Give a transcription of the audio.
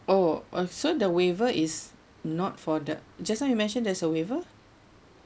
oh oh so the waiver is not for the just now you mentioned there's as a waiver